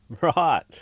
Right